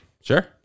Sure